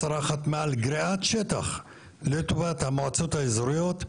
השרה חתמה על גריעת שטח לטובת המועצות האזוריות.